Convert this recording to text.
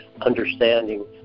understanding